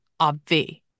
Obvi